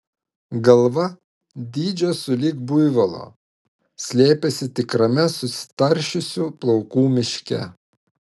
galva dydžio sulig buivolo slėpėsi tikrame susitaršiusių plaukų miške